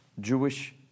Jewish